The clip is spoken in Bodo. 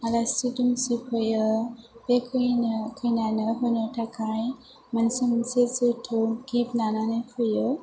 आलासि दुमसि फैयो बे खैनानो होनो थाखाय मोनसे मोनसे जोथोब गिफ्ट लानानै फैयो